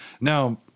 Now